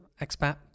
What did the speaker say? expat